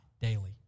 daily